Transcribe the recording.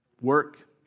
Work